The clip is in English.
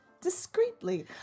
discreetly